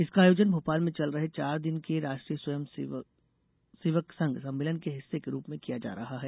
इसका आयोजन भोपाल में चल रहे चार दिन के राष्ट्रीय स्वष्यं सेवक संघ सम्मेलन के हिस्से के रूप में किया जा रहा है